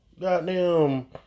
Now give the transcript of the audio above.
goddamn